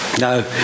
No